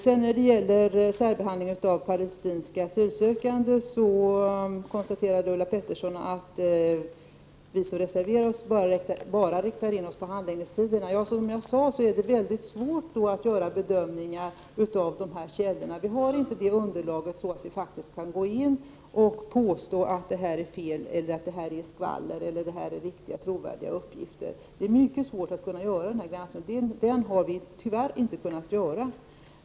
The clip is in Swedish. Vad beträffar särbehandlingen av palestinska asylsökande konstaterade Ulla Pettersson att vi som reserverat oss bara riktar in oss på handläggningstiderna. Ja, som jag sade är det väldigt svårt att göra bedömningar av källorna. Vi har inte ett sådant underlag att vi kan påstå att uppgifterna är felaktiga, att det är fråga om skvaller eller att det är trovärdiga uppgifter. Det är mycket svårt att göra den granskningen, och den har vi tyvärr inte kunnat göra.